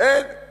איפה שר?